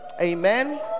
Amen